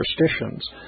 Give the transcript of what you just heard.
superstitions